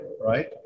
right